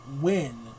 win